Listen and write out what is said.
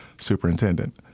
superintendent